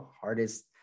hardest